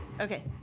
Okay